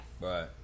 Right